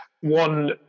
one